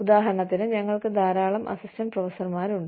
ഉദാഹരണത്തിന് ഞങ്ങൾക്ക് ധാരാളം അസിസ്റ്റന്റ് പ്രൊഫസർമാരുണ്ട്